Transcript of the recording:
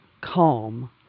calm